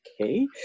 okay